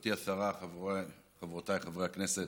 גברתי השרה, חברותיי וחבריי חברי הכנסת,